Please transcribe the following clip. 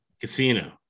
Casino